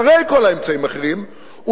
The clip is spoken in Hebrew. אחרי כל האמצעים האחרים,